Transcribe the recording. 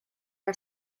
our